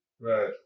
Right